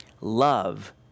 Love